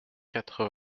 quatre